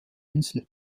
insel